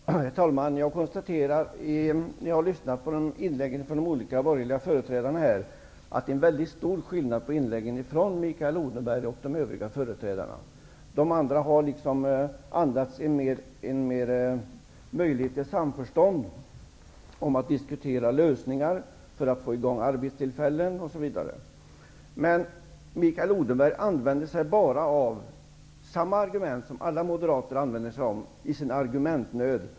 Herr talman! Jag konstaterar, när jag lyssnar på inläggen från de olika borgerliga företrädarna, att det är en mycket stor skillnad mellan inläggen från Mikael Odenberg och de övriga företrädarna. De andra har andats en möjlighet till samförstånd, till att diskutera lösningar för att få arbetstillfällen. Men Mikael Odenberg använder sig bara av samma argument som alla moderater använder sig av i sin argumentnöd.